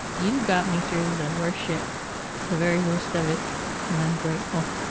you got me through the worst shit the very worst of it and i'm grateful.